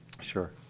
Sure